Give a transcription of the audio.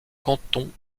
canton